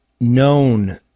known